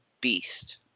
beast